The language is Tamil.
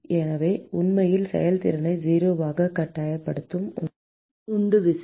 எனவே உண்மையில் செயல்திறனை 0 ஆக கட்டாயப்படுத்தும் உந்துவிசை